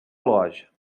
loja